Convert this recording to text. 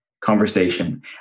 conversation